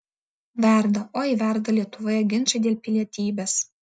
verda oi verda lietuvoje ginčai dėl pilietybės